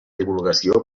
divulgació